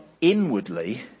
inwardly